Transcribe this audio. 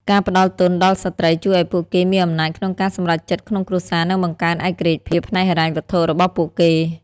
ការផ្ដល់ទុនដល់ស្ត្រីជួយឱ្យពួកគេមានអំណាចក្នុងការសម្រេចចិត្តក្នុងគ្រួសារ និងបង្កើនឯករាជ្យភាពផ្នែកហិរញ្ញវត្ថុរបស់ពួកគេ។